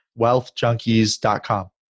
wealthjunkies.com